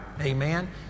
Amen